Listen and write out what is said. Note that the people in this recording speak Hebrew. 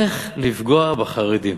איך לפגוע בחרדים,